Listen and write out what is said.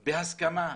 בהסכמה,